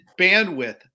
bandwidth